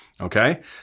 Okay